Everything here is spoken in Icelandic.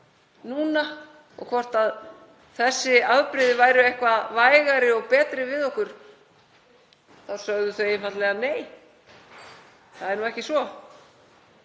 núna og hvort þessi afbrigði væru eitthvað vægari og betri við okkur, sögðu þau einfaldlega: Nei, það er ekki svo.